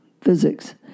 physics